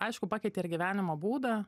aišku pakeitė ir gyvenimo būdą